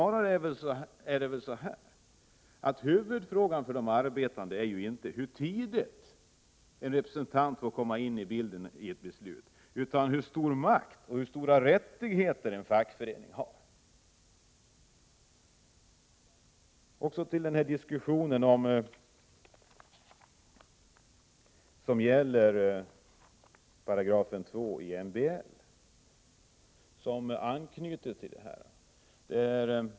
Huvudfrågan för de arbetande är inte hur tidigt en representant får komma in i bilden utan hur stor makt och hur stora rättigheter en fackförening har. Sedan till diskussionen som gäller 2 § i MBL.